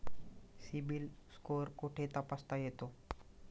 CIBIL score कुठे तपासता येतो?